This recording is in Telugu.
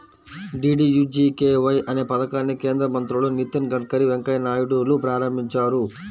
డీడీయూజీకేవై అనే పథకాన్ని కేంద్ర మంత్రులు నితిన్ గడ్కరీ, వెంకయ్య నాయుడులు ప్రారంభించారు